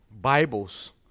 Bibles